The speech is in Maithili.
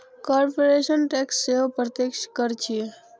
कॉरपोरेट टैक्स सेहो प्रत्यक्ष कर छियै